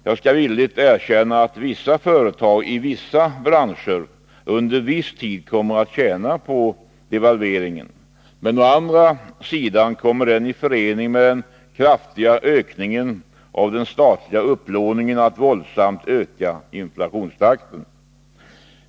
Jag skall villigt erkänna att vissa företag i vissa branscher under viss tid kommer att tjäna på devalveringen, men å andra sidan kommer den i förening med den kraftiga ökningen av den statliga upplåningen att våldsamt öka inflationstakten.